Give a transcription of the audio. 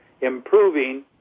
improving